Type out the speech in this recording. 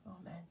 Amen